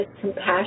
compassion